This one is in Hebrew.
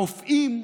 הרופאים,